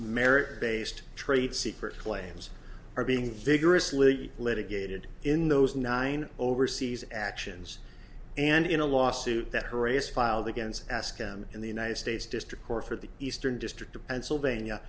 merit based trade secret claims are being vigorously litigated in those nine overseas actions and in a lawsuit that her is filed against ask them in the united states district court for the eastern district of pennsylvania